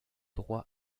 droit